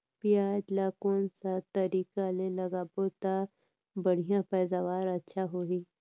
पियाज ला कोन सा तरीका ले लगाबो ता बढ़िया पैदावार अच्छा होही?